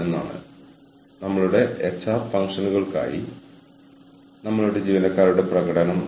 എന്തുകൊണ്ടാണ് ഈ human resource management field വികസിപ്പിക്കേണ്ടത്